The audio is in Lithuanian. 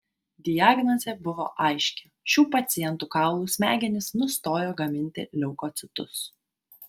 diagnozė buvo aiški šių pacientų kaulų smegenys nustojo gaminti leukocitus